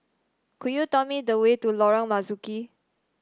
could you tell me the way to Lorong Marzuki